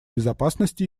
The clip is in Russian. безопасности